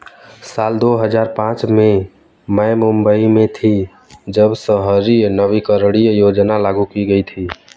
साल दो हज़ार पांच में मैं मुम्बई में थी, जब शहरी नवीकरणीय योजना लागू की गई थी